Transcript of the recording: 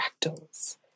fractals